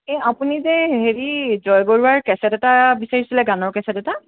এ আপুনি যে হেৰি জয় বৰুৱাৰ কেছেট এটা বিচাৰিছিলে গানৰ কেছেট এটা